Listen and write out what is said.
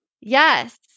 Yes